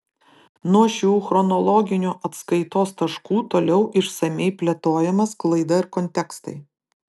nuo šių chronologinių atskaitos taškų toliau išsamiai plėtojama sklaida ir kontekstai